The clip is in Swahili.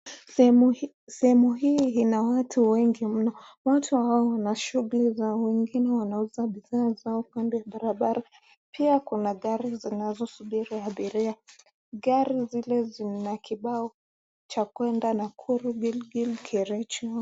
Sehemu hii ina watu wengi mno, watu hao wana shughuli zao, wengine wanauza bidhaa zao kando ya barabara. Pia kuna gari zinazosubiri abiria, gari zile zina kibao cha kwenda Nakuru, Giligil, Kericho.